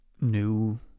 new